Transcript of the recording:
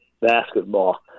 basketball